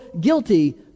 guilty